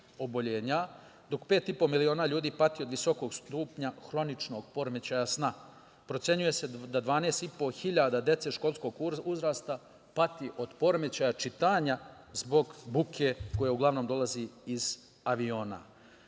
oboljenja, dok 5,5 miliona ljudi pati od visokog stupnja hroničnog poremećaja sna. Procenjuje se da 12,5 hiljada dece školskog uzrasta pati od poremećaja čitanja zbog buke koja uglavnom dolazi iz